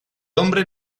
hombre